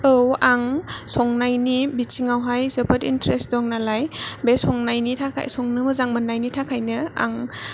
औ आं संनायनि बिथिङावहाय जोबोद इन्थारेसथ दं नालाय बे संनायनि थाखाय संनो मोजां मोननायनि थाखायनो आं